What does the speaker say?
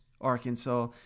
Arkansas